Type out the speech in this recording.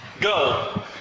Go